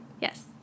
Yes